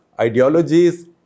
ideologies